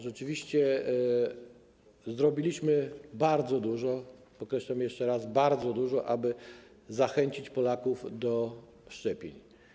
Rzeczywiście zrobiliśmy bardzo dużo - podkreślam jeszcze raz, bardzo dużo - aby zachęcić Polaków do szczepień.